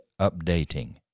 updating